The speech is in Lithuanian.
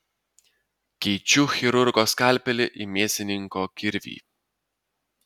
keičiu chirurgo skalpelį į mėsininko kirvį